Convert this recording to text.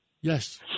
Yes